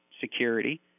security